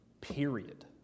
Period